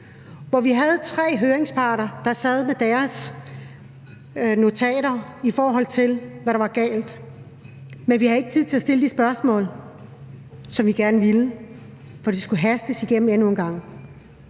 Vi havde tre høringsparter, der sad med deres notater af, hvad der var galt, men vi havde ikke tid til at stille de spørgsmål, som vi gerne ville, for det skulle hastes igennem endnu en gang.